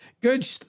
Good